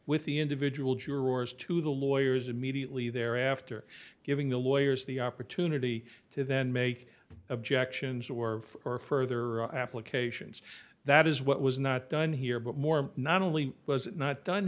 with the individual jurors to the lawyers immediately thereafter giving the lawyers the opportunity to then make objections or for further applications that is what was not done here but more not only was it not done